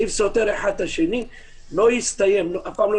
בחודש אפריל שעבר לא הייתה ועדת החוקה.